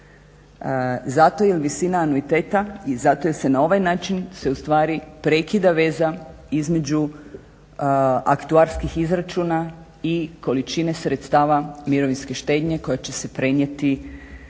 zato jer visina anuiteta i zato jer se na ovaj način ustvari prekida veza između aktuarskih izračuna i količine sredstava mirovinske štednje koja će se prenijeti